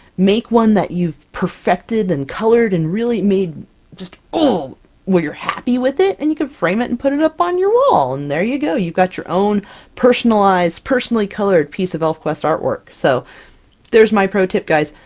make one that you've perfected and colored and really made just grunts where you're happy with it, and you can frame it and put it up on your wall, and there you go! you've got your own personalized, personally colored piece of elfquest artwork! so there's my pro-tip guys,